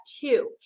two